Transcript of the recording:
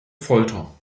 folter